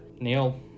neil